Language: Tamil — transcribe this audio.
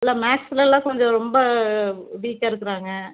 இல்லை மேக்ஸுல எல்லாம் கொஞ்சம் ரொம்ப வீக்காக இருக்குறாங்க